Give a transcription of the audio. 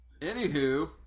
Anywho